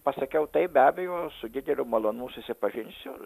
pasakiau taip be abejo su dideliu malonumu susipažinsiu